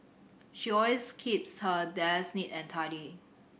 she always keeps her desk neat and tidy